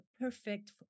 perfect